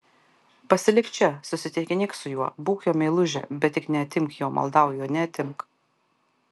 pasilik čia susitikinėk su juo būk jo meilužė bet tik neatimk jo maldauju neatimk